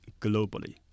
globally